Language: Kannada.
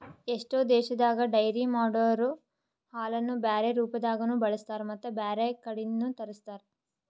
ಎಷ್ಟೋ ದೇಶದಾಗ ಡೈರಿ ಮಾಡೊರೊ ಹಾಲನ್ನು ಬ್ಯಾರೆ ರೂಪದಾಗನೂ ಬಳಸ್ತಾರ ಮತ್ತ್ ಬ್ಯಾರೆ ಕಡಿದ್ನು ತರುಸ್ತಾರ್